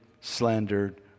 slandered